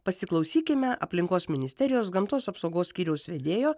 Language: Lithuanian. pasiklausykime aplinkos ministerijos gamtos apsaugos skyriaus vedėjo